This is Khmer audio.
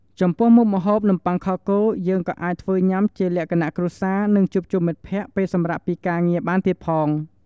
ចំពោះមុខម្ហូបនំបុ័ខខគោយើងក៏អាចធ្វើញុាំជាលក្ខណៈគ្រួសារនិងជួបជុំមិត្តភក្តិពេលសម្រាកពីការងារបានទៀតផង។